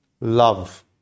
Love